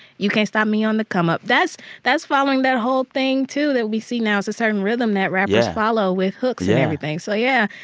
you can't stop me on the come up that's that's following that whole thing, too, that we see now. it's a certain rhythm that rappers follow with hooks and everything. so yeah,